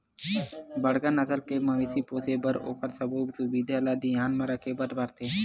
बड़का नसल के मवेशी पोसे बर ओखर सबो सुबिधा ल धियान म राखे बर परथे